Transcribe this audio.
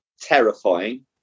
terrifying